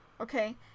Okay